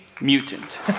mutant